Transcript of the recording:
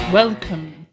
Welcome